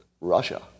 Russia